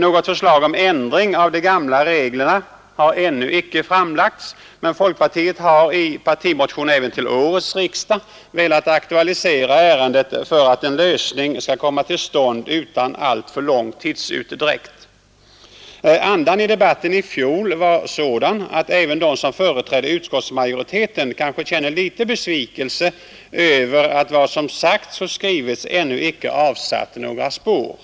Något förslag om ändring av de gamla reglerna har ännu icke framlagts, men folkpartiet har i en partimotion även till årets riksdag velat aktualisera ärendet för att en lösning skall komma till stånd utan alltför lång tidsutdräkt. Andan i debatten i fjol var sådan att även de som företrädde utskottsmajoriteten kanske nu känner en liten besvikelse över att vad som då sades och skrevs ännu inte har avsatt några spår.